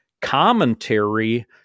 commentary